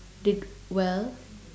did well